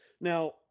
Now